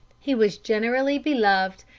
he was generally beloved,